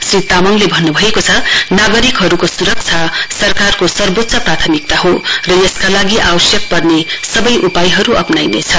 श्री तामङले भन्नुभएको छ नागरिकहरुको सुरक्षा सरकारको सर्वोच्च प्राथमिकता हो र यसका लागि आवश्यक पर्ने सवै उपायहरु अप्नाइनेछ